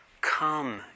Come